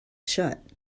shut